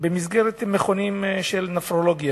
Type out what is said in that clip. במסגרת מכונים של נפרולוגיה,